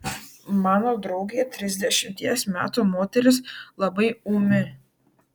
mano draugė trisdešimties metų moteris labai ūmi